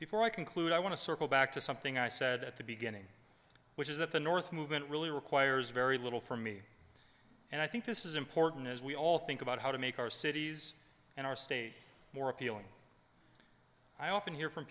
before i conclude i want to circle back to something i said at the beginning which is that the north movement really requires very little for me and i think this is important as we all think about how to make our cities and our state more appealing i often hear from